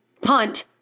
Punt